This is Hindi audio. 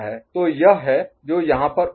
तो यह है जो यहाँ पर उल्लेख किया गया है